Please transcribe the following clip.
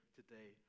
today